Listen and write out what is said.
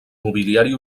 mobiliari